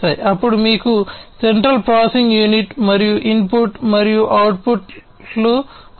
అప్పుడు మీకు central processing unit మరియు ఇన్పుట్ మరియు అవుట్పుట్ ఉన్నాయి